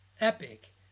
epic